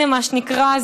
מה שנקרא,